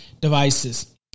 devices